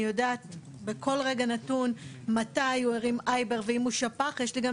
אני יודעת בכל רגע נתון מתי הוא הרים אייבר ואם הוא שפך יש לי גם